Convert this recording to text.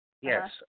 Yes